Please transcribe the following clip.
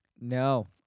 No